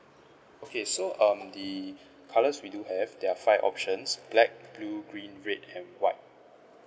okay so um the colors we do have there are five options black blue green red and white